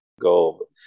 go